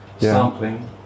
sampling